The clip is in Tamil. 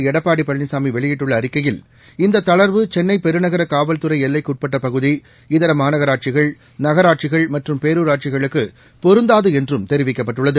எடப்பாடி பழனிசாமி வெளியிட்டுள்ள அறிக்கையில் இந்த தளர்வு சென்னை பெருநகர காவல்துறை எல்லைக்குட்பட்ட பகுதி இதர மாநகராட்சிகள் நகராட்சிகள் மற்றும் பேரூராட்சிகளுக்கு பொருந்தாது என்றும் தெரிவிக்கப்பட்டுள்ளது